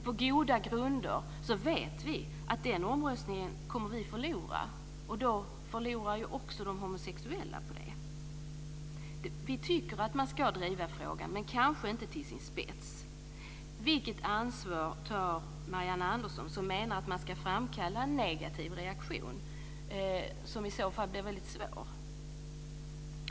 På goda grunder vet vi att den omröstningen kommer vi att förlora, och då förlorar också de homosexuella på det. Vi tycker att man ska driva frågan, men kanske inte till sin spets. Vilket ansvar tar Marianne Andersson, som menar att man ska framkalla en negativ reaktion som i så fall blir väldigt svår?